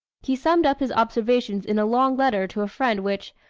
he summed up his observations in a long letter to a friend which,